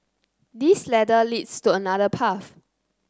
this ladder leads to another path